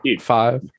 five